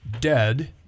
dead